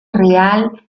real